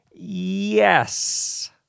Yes